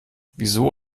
wieso